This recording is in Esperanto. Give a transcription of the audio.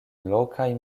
lokaj